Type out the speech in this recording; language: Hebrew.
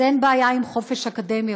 אז אין בעיה עם חופש אקדמי,